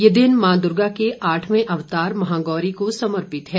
यह दिन मॉ दूर्गा के आठवें अवतार महागौरी को समर्पित है